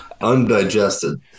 undigested